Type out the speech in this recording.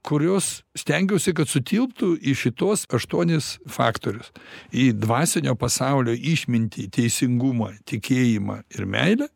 kurios stengiausi kad sutilptų į šituos aštuonis faktorius į dvasinio pasaulio išmintį teisingumą tikėjimą ir meilę